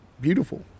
beautiful